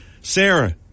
Sarah